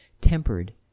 tempered